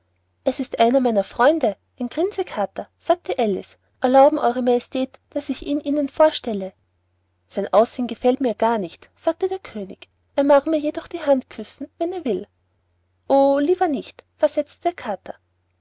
es ist einer meiner freunde ein grinse kater sagte alice erlauben eure majestät daß ich ihn ihnen vorstelle sein aussehen gefällt mir gar nicht sagte der könig er mag mir jedoch die hand küssen wenn er will o lieber nicht versetzte der kater